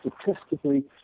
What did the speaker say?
statistically